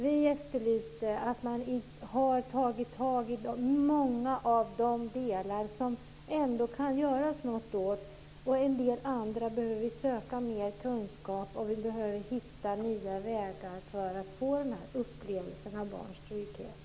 Vi efterlyser att man tar tag i många av de delar som det kan göras något åt. Andra behöver vi söka mer kunskap om, och vi behöver hitta nya vägar för att få denna upplevelse av barns trygghet.